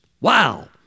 Wow